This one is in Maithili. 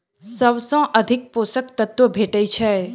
सबसँ अधिक पोसक तत्व भेटय छै?